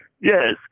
yes